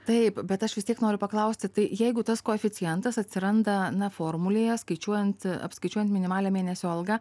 taip bet aš vis tiek noriu klausti tai jeigu tas koeficientas atsiranda ne formulėje skaičiuojant apskaičiuojant minimalią mėnesio algą